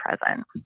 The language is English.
present